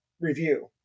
review